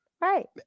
Right